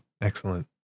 Excellent